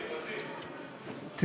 וזיר, וזיר.